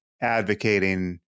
advocating